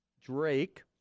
Drake